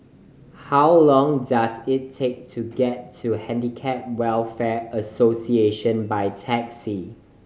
how long does it take to get to Handicap Welfare Association by taxi